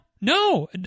No